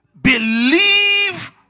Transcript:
believe